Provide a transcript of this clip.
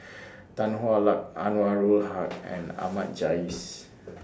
Tan Hwa Luck Anwarul Haque and Ahmad Jais